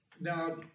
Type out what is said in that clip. Now